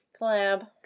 Collab